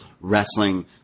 wrestling